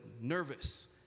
nervous